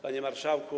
Panie Marszałku!